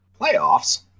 Playoffs